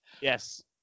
Yes